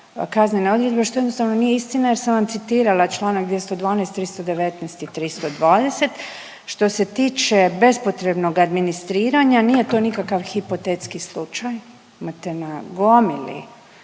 kaznene odredbe što jednostavno nije istina, jer sam vam citirala članak 212., 319. i 320. Što se tiče bespotrebnog administriranja nije to nikakav hipotetski slučaj. Imate na gomili